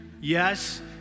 Yes